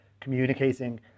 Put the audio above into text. communicating